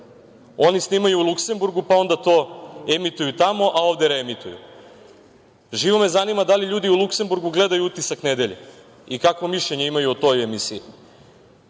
oni snimaju u Luksemburgu, pa onda to emituju tamo, a ovde reemituju. Živo me zanima da li ljudi u Luksemburgu gledaju „Utisak nedelje“ i kakvo mišljenje imaju o toj emisiji. Ako